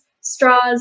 straws